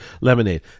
lemonade